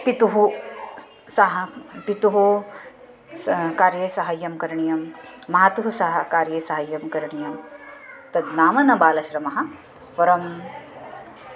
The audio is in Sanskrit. पितुः स् सः पितुः स् कार्ये सहायः करणीयः मातुः सः कार्ये सहायः करणीयः तद् नाम न बालश्रमः परम्